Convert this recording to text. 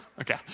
Okay